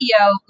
CEO